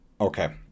okay